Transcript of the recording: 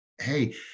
hey